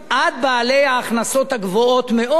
עד בעלי ההכנסות הגבוהות מאוד.